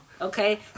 okay